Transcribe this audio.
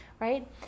right